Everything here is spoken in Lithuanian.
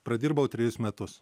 pradirbau trejus metus